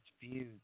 views